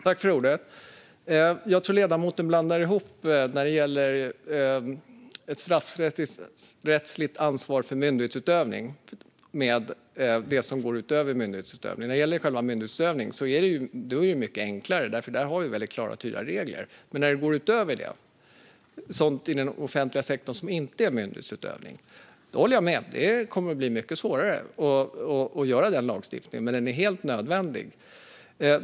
Herr talman! Jag tror att ledamoten blandar ihop straffrättsligt ansvar för myndighetsutövning med det som går utöver myndighetsutövning. När det gäller själva myndighetsutövningen är det mycket enklare, för där har vi klara och tydliga regler. Men när det gäller det som går utöver det, sådant i den offentliga sektorn som inte är myndighetsutövning, håller jag med - det kommer att bli mycket svårare att få till den lagstiftningen. Men den är helt nödvändig.